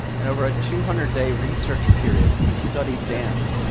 and over a two hundred day research period, we studied dance.